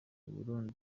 burundi